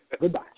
Goodbye